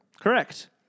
Correct